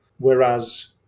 Whereas